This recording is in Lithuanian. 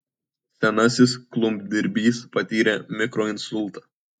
senasis klumpdirbys patyrė mikroinsultą